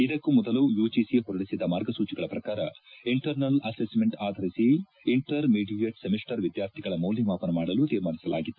ಇದಕ್ಕೂ ಮೊದಲು ಯುಜಿಸಿ ಹೊರಡಿಸಿದ್ದ ಮಾರ್ಗಸೂಚಿಗಳ ಪ್ರಕಾರ ಇಂಟರ್ನಲ್ ಅಸಿಸ್ಮೆಂಟ್ ಆಧರಿಸಿ ಇಂಟರ್ ಮೀಡಿಯೇಟ್ ಸೆಮಿಸ್ಸರ್ ವಿದ್ಯಾರ್ಥಿಗಳ ಮೌಲ್ಯಮಾಪನ ಮಾಡಲು ತೀರ್ಮಾನಿಸಲಾಗಿತ್ತು